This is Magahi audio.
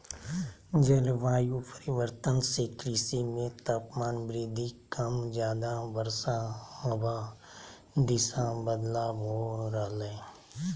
जलवायु परिवर्तन से कृषि मे तापमान वृद्धि कम ज्यादा वर्षा हवा दिशा बदलाव हो रहले